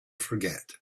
forget